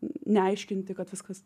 neaiškinti kad viskas